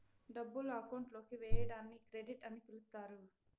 డబ్బులు అకౌంట్ లోకి వేయడాన్ని క్రెడిట్ అని పిలుత్తారు